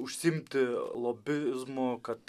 užsiimti lobizmu kad